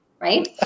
right